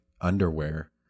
underwear